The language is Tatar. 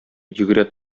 йөгерә